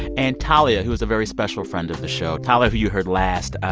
and talia, who is a very special friend of the show, talia, who you heard last.